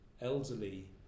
elderly